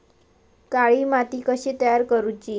काळी माती कशी तयार करूची?